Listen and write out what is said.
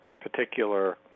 particular